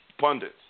pundits